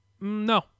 No